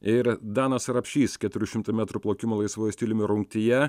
ir danas rapšys keturių šimtų metrų plaukimo laisvuoju stiliumi rungtyje